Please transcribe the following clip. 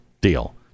deal